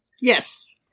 Yes